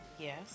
Yes